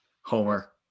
Homer